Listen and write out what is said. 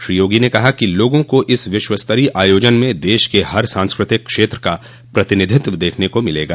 श्री योगी ने कहा कि लोगों को इस विश्वस्तरीय आयोजन में देश के हर सांस्कृतिक क्षेत्र का प्रतिनिधित्व देखने को मिलेगा